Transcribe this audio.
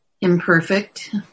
imperfect